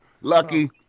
Lucky